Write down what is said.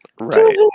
Right